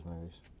movies